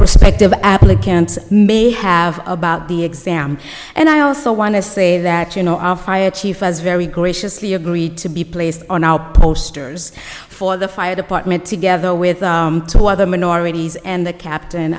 prospective applicant may have about the exam and i also want to say that you know our fire chief was very graciously agreed to be placed on our posters for the fire department together with two other minorities and the capt